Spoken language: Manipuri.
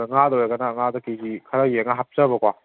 ꯑꯗ ꯉꯥꯗ ꯑꯣꯏꯔꯒꯅ ꯉꯥꯗ ꯀꯦ ꯖꯤ ꯈꯔ ꯌꯦꯡꯉꯒ ꯍꯥꯞꯆꯕꯀꯣ